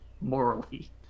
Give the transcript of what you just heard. morally